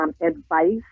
advice